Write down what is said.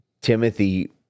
Timothy